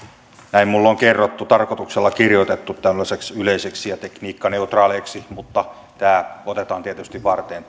näin minulle on kerrottu tarkoituksella kirjoitettu tällaisiksi yleisiksi ja tekniikkaneutraaleiksi mutta tämä teidän viestinne otetaan tietysti varteen